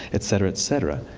etc, etc.